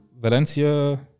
Valencia